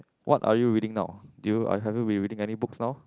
what are you reading now do you are you have reading any books now